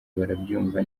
barabyumva